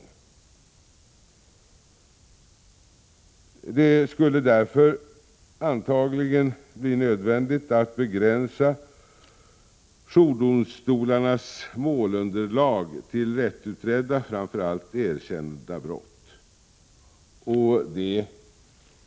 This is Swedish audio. Med hänsyn till rättssäkerhetskraven skulle det därför antagligen bli nödvändigt att begränsa jourdomstolarnas målunderlag till lättutredda — framför allt erkända — brott.